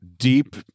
Deep